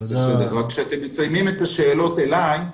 כשאתם מציינים את השאלות אלי,